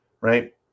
right